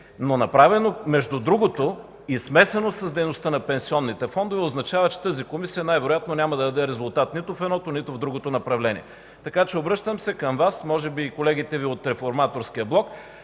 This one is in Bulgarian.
Но направено между другото и смесено с дейността на пенсионните фондове означава, че тази комисия най-вероятно няма да даде резултат нито в едното, нито в другото направление. Така че, обръщам се към Вас, може би и колегите Ви от Реформаторския блок,